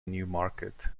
newmarket